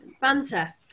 Banter